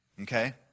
okay